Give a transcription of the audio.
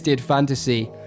fantasy